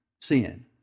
sin